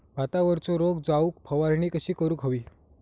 भातावरचो रोग जाऊक फवारणी कशी करूक हवी?